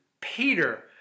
Peter